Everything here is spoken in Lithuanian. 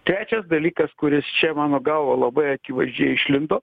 trečias dalykas kuris čia mano galva labai akivaizdžiai išlindo